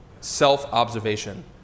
self-observation